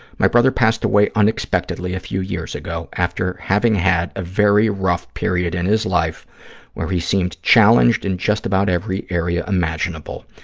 my brother passed away unexpectedly a few years ago, after having had a very rough period in his life where he seemed challenged in just about every area imaginable.